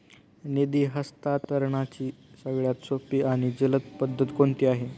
निधी हस्तांतरणाची सगळ्यात सोपी आणि जलद पद्धत कोणती आहे?